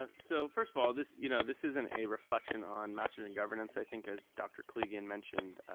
um so first of all this you know this isn't a reflection on masters and governance, i think as dr. koligian mentioned.